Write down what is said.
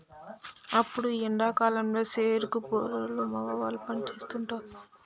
అవును ఎండా కాలంలో సెరుకు పొలాల్లో మగవాళ్ళు పని సేస్తుంటారు